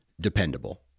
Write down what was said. dependable